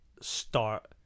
start